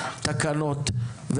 תקנות,